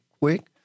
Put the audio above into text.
quick